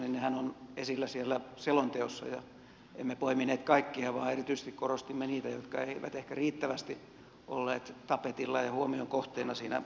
nehän ovat esillä siellä selonteossa ja emme poimineet kaikkia vaan erityisesti korostimme niitä jotka eivät ehkä riittävästi olleet tapetilla ja huomion kohteena siinä selonteossa